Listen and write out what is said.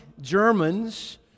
Germans